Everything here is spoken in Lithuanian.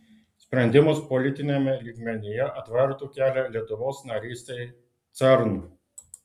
sprendimas politiniame lygmenyje atvertų kelią lietuvos narystei cern